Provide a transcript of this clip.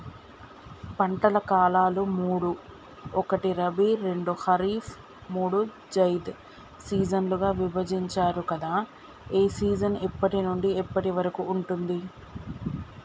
పంటల కాలాలు మూడు ఒకటి రబీ రెండు ఖరీఫ్ మూడు జైద్ సీజన్లుగా విభజించారు కదా ఏ సీజన్ ఎప్పటి నుండి ఎప్పటి వరకు ఉంటుంది?